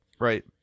Right